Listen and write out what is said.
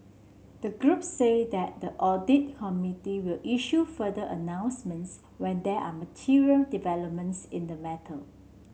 the group said that the audit committee will issue further announcements when there are material developments in the matter